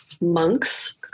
monks